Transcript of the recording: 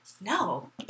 no